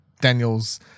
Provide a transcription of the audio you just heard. Daniels